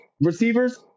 receivers